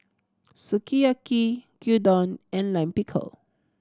Sukiyaki Gyudon and Lime Pickle